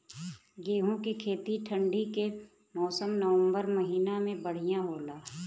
गेहूँ के खेती ठंण्डी के मौसम नवम्बर महीना में बढ़ियां होला?